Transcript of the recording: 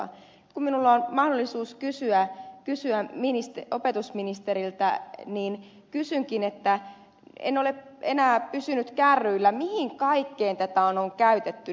kun minulla on mahdollisuus kysyä opetusministeriltä niin kysynkin kun en ole enää pysynyt kärryillä mihin kaikkeen tätä on käytetty